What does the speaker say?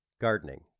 Gardening